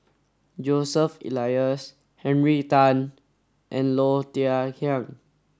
Joseph Elias Henry Tan and Low Thia Khiang